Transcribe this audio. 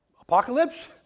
apocalypse